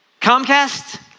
Comcast